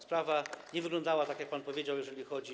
Sprawa nie wyglądała tak, jak pan powiedział, jeżeli chodzi o.